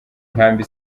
nkambi